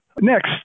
Next